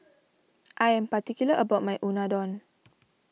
I am particular about my Unadon